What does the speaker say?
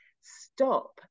stop